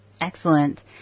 Excellent